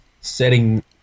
setting